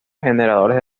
generadores